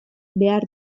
behar